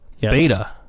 Beta